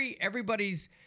everybody's